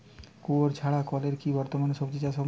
কুয়োর ছাড়া কলের কি বর্তমানে শ্বজিচাষ সম্ভব?